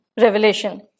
revelation